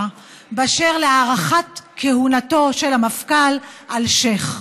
באשר להארכת כהונתו של המפכ"ל אלשיך.